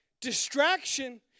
Distraction